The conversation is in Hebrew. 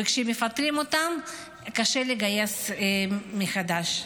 וכשמפטרים אותם קשה לגייס מחדש.